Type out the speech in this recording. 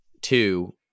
two